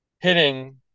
hitting